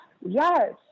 Yes